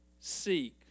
seek